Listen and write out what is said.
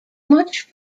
much